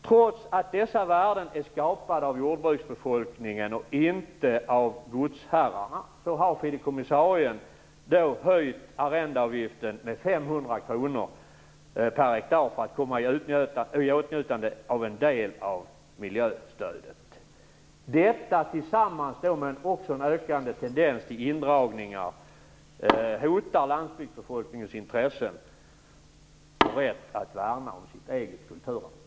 Trots att dessa värden är skapade av jordbruksbefolkningen och inte av godsherrarna har fideikommissarien höjt arrendeavgiften med 500 kr per hektar för att komma i åtnjutande av en del av miljöstödet. Detta tillsammans med en ökande tendens till indragningar hotar landsbygdsbefolkningens intressen och rätt att värna om sitt eget kulturlandskap.